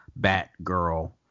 Batgirl